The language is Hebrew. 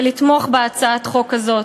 ולתמוך בהצעת החוק הזאת.